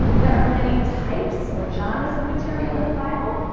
there are many types or genres of material in the bible.